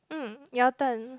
mm your turn